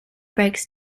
breaks